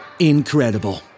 Incredible